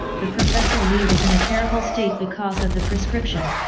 the professor li was in a terrible state because of the prescription.